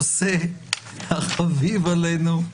ואיך ניתן לסיים יום כזה בלי לחזור לנושא החביב עלינו,